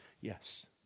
yes